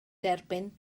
derbyn